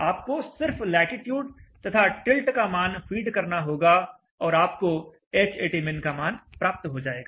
आपको सिर्फ लैटिट्युड तथा टिल्ट का मान फीड करना होगा और आपको Hatmin का मान प्राप्त हो जाएगा